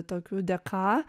tokių dėka